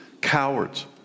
Cowards